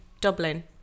Dublin